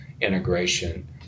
integration